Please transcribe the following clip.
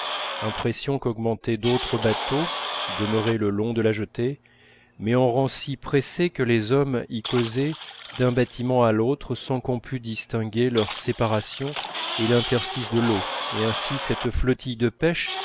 impression qu'augmentaient d'autres bateaux demeurés le long de la jetée mais en rangs si pressés que les hommes y causaient d'un bâtiment à l'autre sans qu'on pût distinguer leur séparation et l'interstice de l'eau et ainsi cette flottille de pêche